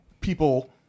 people